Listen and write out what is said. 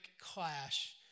clash